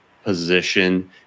position